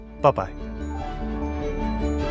Bye-bye